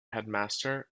headmaster